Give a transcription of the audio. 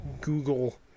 google